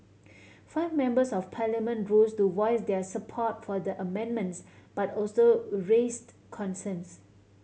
five members of Parliament rose to voice their support for the amendments but also raised concerns